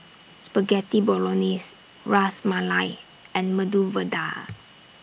Spaghetti Bolognese Ras Malai and Medu Vada